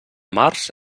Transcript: març